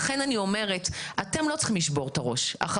הם בפועל נמצאים בבידוד.